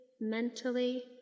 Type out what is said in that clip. mentally